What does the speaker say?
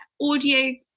audio